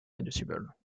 reducible